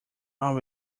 are